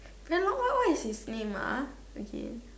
very long one what is his name ah again